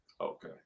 Okay